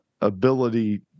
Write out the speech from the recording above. ability